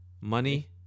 money